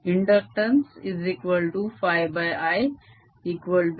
InductanceIn